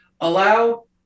allow